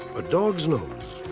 but dog's nose,